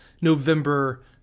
November